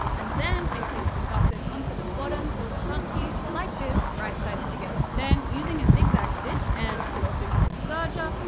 and then i placed the gusset onto the bottom of the front piece like this, right-sides together. then, using a zig-zag stitch, and you could also use a serger,